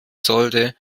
sollte